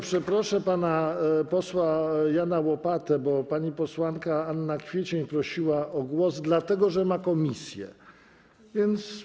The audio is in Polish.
Przeproszę pana posła Jana Łopatę, bo pani posłanka Anna Kwiecień prosiła o głos, dlatego że ma posiedzenie komisji, więc.